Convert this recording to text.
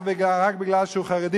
רק מפני שהוא חרדי.